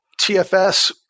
TFS